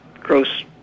gross